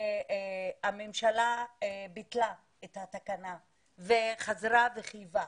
הממשלה ביטלה את התקנה, וחזרה וחייבה.